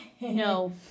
No